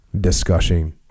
discussing